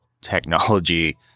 technology